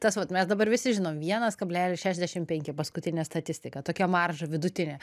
tas vat mes dabar visi žinom vienas kablelis šešiasdešimt penki paskutinė statistika tokia marža vidutinė